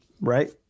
Right